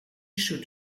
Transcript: should